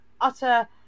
utter